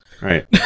Right